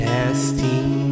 Testing